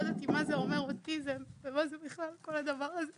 לא ידעתי מה זה אומר אוטיזם ומה זה בכלל כל הדבר הזה